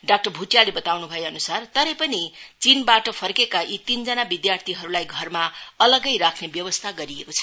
doctor भुटियाले बताउनु भएअनुसार तरै पनि चीनबाट फर्केका यी तीनजना विद्यार्थीलाई घरमा अलग्गै राख्ने व्यवस्था छ